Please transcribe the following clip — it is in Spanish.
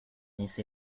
ese